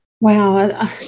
Wow